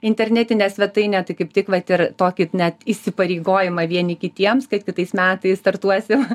internetinę svetainę tai kaip tik vat ir tokį net įsipareigojimą vieni kitiems kad kitais metais startuosim